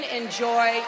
enjoy